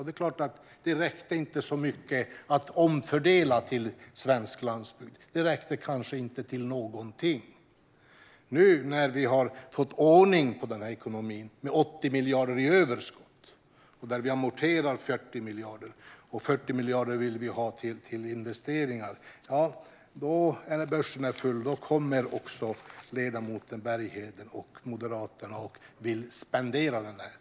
Det är klart att det inte blev så mycket att omfördela till svensk landsbygd. Det räckte kanske inte till någonting. När nu börsen är full och vi har fått ordning på ekonomin med 80 miljarder i överskott, där vi amorterar 40 miljarder och vill ha 40 miljarder till investeringar, då kommer också ledamoten Bergheden och Moderaterna och vill spendera.